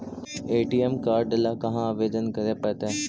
ATM card ल कहा आवेदन करे पड़तै?